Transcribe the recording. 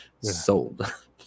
sold